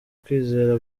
kwizera